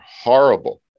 horrible